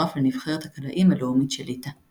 וצורף לנבחרת הקלעים הלאומית של ליטא.